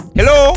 Hello